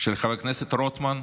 של חבר הכנסת רוטמן,